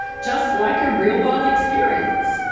just like a real world experience.